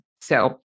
So-